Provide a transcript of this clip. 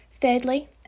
Thirdly